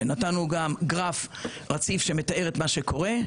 ונתנו גם גרף רציף שמתאר את מה שקורה.